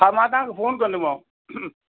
हा मां तव्हां खे फ़ोन कंदोमांव